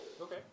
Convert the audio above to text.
Okay